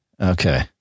Okay